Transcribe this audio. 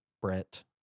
Brett